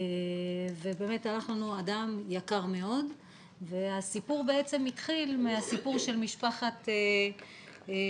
באמת הלך לנו אדם יקר מאוד והסיפור בעצם התחיל מהסיפור של משפחת קורח